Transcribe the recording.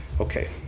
Okay